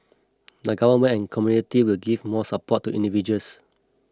the Government and community will give more support to individuals